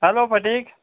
hello Pratik